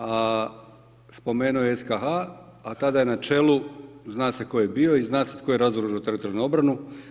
A spomenuo je SKH-a, a tada je na čelu zna se tko je bio i zna se tko je razoružao Teritorijalnu obranu.